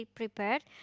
prepared